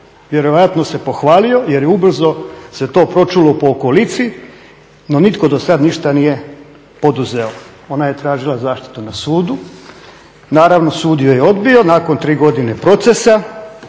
vjerojatno se pohvalio jer je ubrzo se to pročulo po okolici no nitko do sada ništa nije poduzeo. Ona je tražila zaštitu na sudu, naravno sud ju je odbio nakon 3 godine procesa,